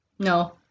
No